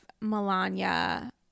Melania